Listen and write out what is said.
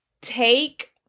take